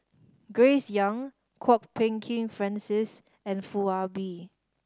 Grace Young Kwok Peng Kin Francis and Foo Ah Bee